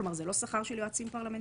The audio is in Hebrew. כלומר זה לא שכר רגיל של יועצים פרלמנטריים.